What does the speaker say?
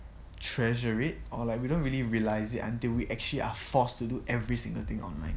treasure it or like we don't really realise it until we actually are forced to do every single thing online